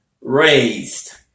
raised